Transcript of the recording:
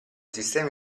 sistemi